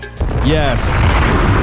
Yes